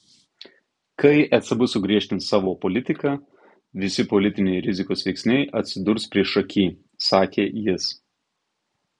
kai ecb sugriežtins savo politiką visi politiniai rizikos veiksniai atsidurs priešaky sakė jis